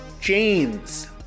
James